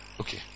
okay